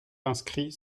inscrits